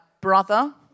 brother